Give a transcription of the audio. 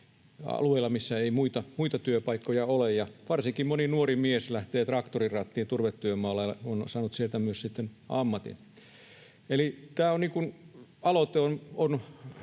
alueilla, missä ei muita työpaikkoja ole. Varsinkin moni nuori mies lähtee traktorin rattiin turvetyömaalle ja on sitten saanut sieltä myös ammatin. Tämä aloite on